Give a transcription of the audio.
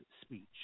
speech